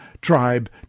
tribe